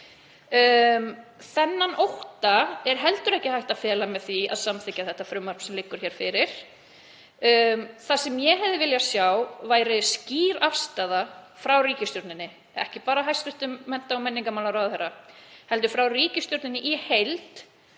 Þennan ótta er heldur ekki hægt að fela með því að samþykkja það frumvarp sem liggur hér fyrir. Ég hefði viljað sjá skýra afstöðu frá ríkisstjórninni, ekki bara frá hæstv. mennta- og menningarmálaráðherra heldur frá ríkisstjórninni í heild,